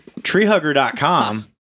Treehugger.com